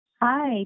Hi